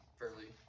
fairly